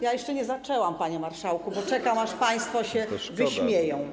Ja jeszcze nie zaczęłam, panie marszałku, bo czekam, aż państwo się wyśmieją.